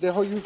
Det är ju